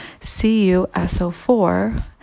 CuSO4